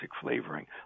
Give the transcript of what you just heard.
flavoring